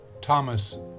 Thomas